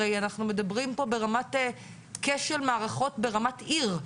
הרי אנחנו מדברים פה ברמת כשל מערכות ברמת עיר,